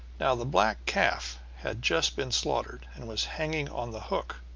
now the black calf had just been slaughtered, and was hanging on the hook